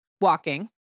walking